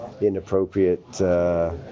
inappropriate